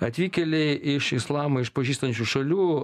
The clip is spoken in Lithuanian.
atvykėliai iš islamą išpažįstančių šalių